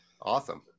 awesome